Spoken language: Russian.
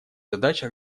задача